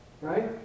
Right